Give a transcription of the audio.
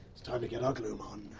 it's time to get our gloom on!